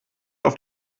auf